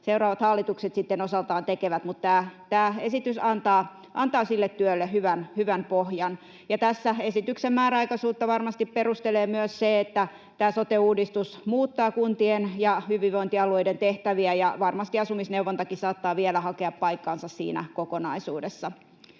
seuraavat hallitukset sitten osaltaan tekevät, mutta tämä esitys antaa sille työlle hyvän pohjan. Tässä esityksen määräaikaisuutta varmasti perustelee myös se, että sote-uudistus muuttaa kuntien ja hyvinvointialueiden tehtäviä, ja varmasti asumisneuvontakin saattaa vielä hakea paikkaansa siinä kokonaisuudessa.